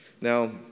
Now